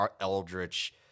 eldritch